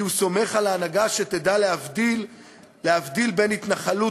כי הוא סומך על ההנהגה שתדע להבדיל בין התנחלות,